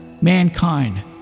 mankind